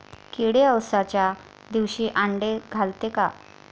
किडे अवसच्या दिवशी आंडे घालते का?